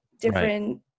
different